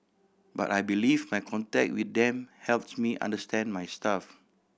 but I believe my contact with them helps me understand my staff